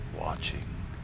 watching